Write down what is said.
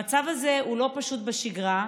המצב הזה הוא לא פשוט בשגרה,